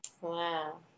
Wow